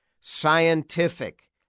scientific